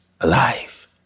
Alive